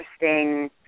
interesting